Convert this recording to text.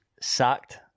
sacked